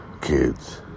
kids